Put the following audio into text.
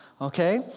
Okay